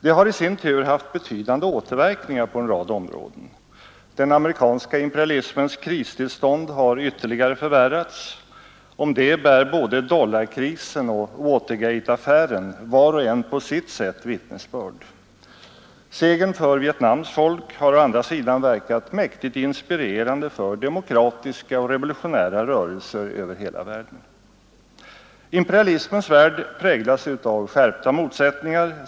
Det var många saker som de räknade upp, men ingenting om regeringsalternativet. Jag återkommer till det. Det är klart att jag hade en viss förväntan när det var herr Helén som efter mig först steg upp i talarstolen, därför att herr Helén har offrat mycket här, kan man säga. Folkpartiet kunde ju ha blivit det stora konservativa partiet i Sverige — men det har man överlåtit åt moderaterna.